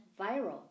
viral